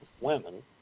women